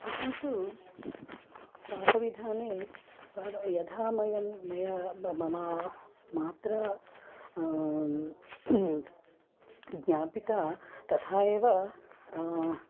अहं तु पाकविधाने पाक यथा मम मया मम मा मात्रा ज्ञापिता तथा एव